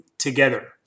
Together